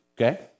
okay